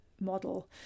model